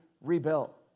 rebuilt